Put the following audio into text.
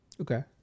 Okay